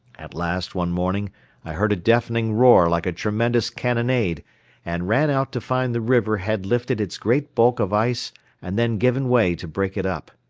at last one morning i heard a deafening roar like a tremendous cannonade and ran out to find the river had lifted its great bulk of ice and then given way to break it up.